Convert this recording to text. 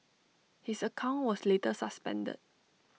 his account was later suspended